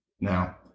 Now